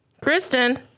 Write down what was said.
Kristen